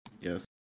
Yes